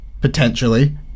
potentially